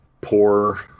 poor